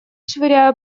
швыряя